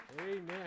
Amen